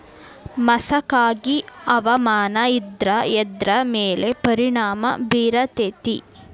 ಮಸಕಾಗಿ ಹವಾಮಾನ ಇದ್ರ ಎದ್ರ ಮೇಲೆ ಪರಿಣಾಮ ಬಿರತೇತಿ?